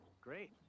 great